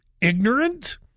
ignorant